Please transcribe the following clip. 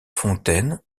fontaines